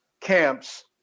camps